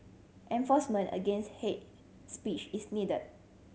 enforcement against hate speech is needed